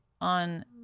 on